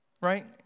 Right